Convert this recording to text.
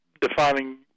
defining